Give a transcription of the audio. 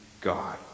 God